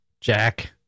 Jack